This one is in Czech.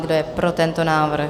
Kdo je pro tento návrh?